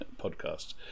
podcast